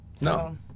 No